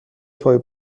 پای